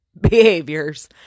behaviors